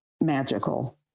magical